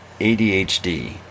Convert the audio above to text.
adhd